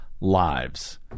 lives